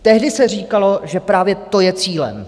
Tehdy se říkalo, že právě to je cílem.